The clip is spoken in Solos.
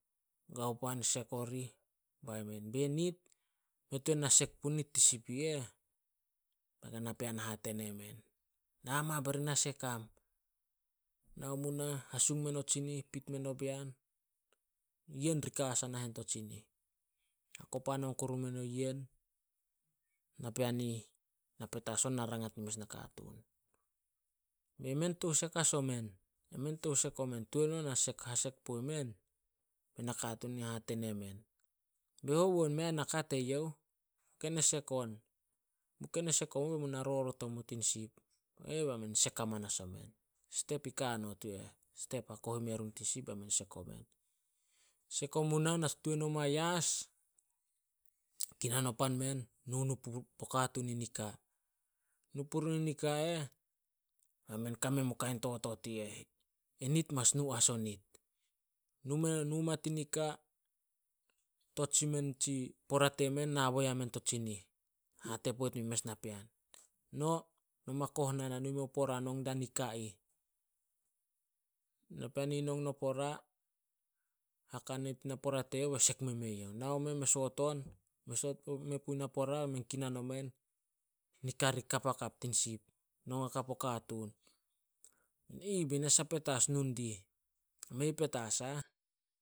Gao pan sek orih, bai men, "Be nit, mei tuan na sek punit tin sip i eh." Ba gana pean hate nemen, "Na ma bari na sek am. Nao munah, hasung men o tsinih, pit men o bean, yen ri ka as ai nahen to tsinih. Hakop hanon kuru nomen o yen. Napean i ih na petas on be na rangat nin mes nakatuun. "Be men tou sek as omen, Tuan on hasek- hasek puomen?" Bai nakatuun hate nemen, "Be hou on mei naka teyouh, ken e sek on, mu ken e sek omu bemu na rorot omu tin sip." Bai men sek amanas omen. Step i ka not yu eh. Step hakoh imea run tin sip bai men sek omen. Sek omu nah, na tuan oma yas, kinan opan o men numu puo katuun in nika. Nu purun nika eh, bai men kame meo kain totot i eh, enit mas nu as onit. Nu ma- nu ma tin nika, tot sin men nitsi pora temen nabo yamen to tsinih. Hate poit muin mes napean, no noma kon nah na nu meo pora nong da nika ih. Napean i ih nong no pora, haka napora teyouh bai sek me meyouh. Nao meh me soot, me soot me puh napora, be men kinan omen, nika ri kapakap tin sip, nong hakap o katuun. "Aih, be nasah petas nu dih? mei petas ah."